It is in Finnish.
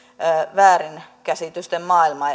väärinkäsitysten